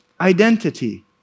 identity